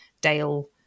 Dale